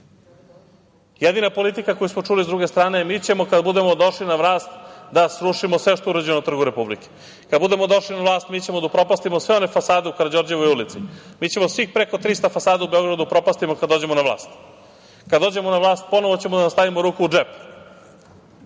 sruši. Jedina politika koju smo čuli sa druge strane – mi ćemo kad budemo došli na vlast da srušimo sve što je urađeno na Trgu Republike, kad budemo došli na vlast, mi ćemo da upropastimo sve one fasade u Karađorđevoj ulici, mi ćemo svih preko 300 fasada u Beogradu da upropastimo kad dođemo na vlast. Kad dođemo na vlast, ponovo ćemo da vam stavimo ruku u džep.